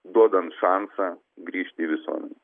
duodant šansą grįžti į visuomenę